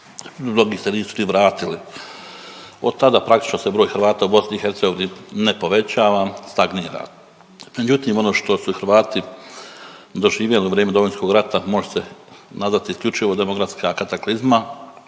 mnogi se nisu ni vratili. Otada, praktično se broj Hrvata u BiH ne povećava, stagnira. Međutim, ono što su Hrvati doživjeli u vrijeme Domovinskog rata, može se nazvati isključivo demografska kataklizma